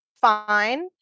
fine